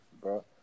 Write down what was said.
bro